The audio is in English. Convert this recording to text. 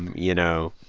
you know,